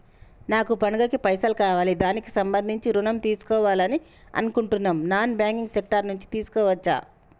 నాకు పండగ కి పైసలు కావాలి దానికి సంబంధించి ఋణం తీసుకోవాలని అనుకుంటున్నం నాన్ బ్యాంకింగ్ సెక్టార్ నుంచి తీసుకోవచ్చా?